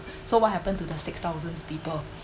so what happen to the six thousands people